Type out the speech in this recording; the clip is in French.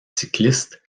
cyclistes